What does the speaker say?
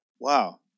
Wow